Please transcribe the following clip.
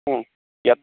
ம் எப்